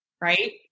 right